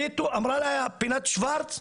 אמרה לה בינת שוורץ,